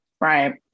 right